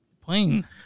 Plane